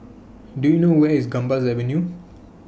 Do YOU know Where IS Gambas Avenue